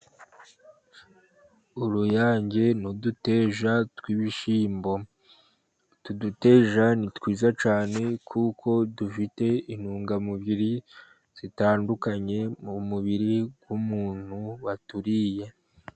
Uruyange n' uduteja tw' ibishyimbo. Utu duteja ni twiza cyane kuko dufite intungamubiri zitandukanye mu mubiri w' umuntu waturiye.